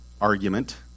argument